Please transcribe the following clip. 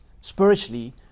spiritually